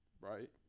right